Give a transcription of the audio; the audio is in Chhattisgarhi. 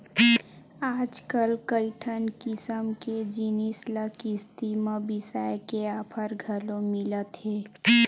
आजकल कइठन किसम के जिनिस ल किस्ती म बिसाए के ऑफर घलो मिलत हे